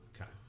Okay